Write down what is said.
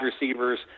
receivers